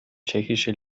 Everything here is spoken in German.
tschechische